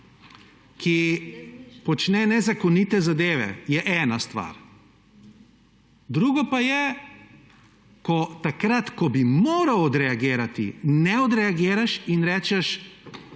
ki počne nezakonite zadeve, je ena stvar, drugo pa je, ko takrat, ko bi moral odreagirati, ne odreagiraš in rečeš,